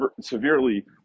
severely